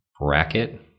bracket